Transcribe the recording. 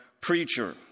preacher